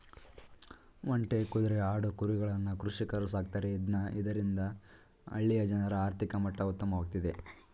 ಒಂಟೆ, ಕುದ್ರೆ, ಆಡು, ಕುರಿಗಳನ್ನ ಕೃಷಿಕರು ಸಾಕ್ತರೆ ಇದ್ನ ಇದರಿಂದ ಹಳ್ಳಿಯ ಜನರ ಆರ್ಥಿಕ ಮಟ್ಟ ಉತ್ತಮವಾಗ್ತಿದೆ